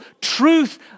Truth